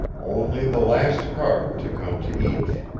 only the last card to come to each.